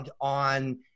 on